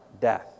death